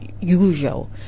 usual